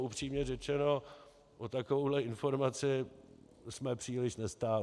Upřímně řečeno o takovouhle informaci jsme příliš nestáli.